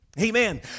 Amen